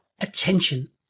attention